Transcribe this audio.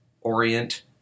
orient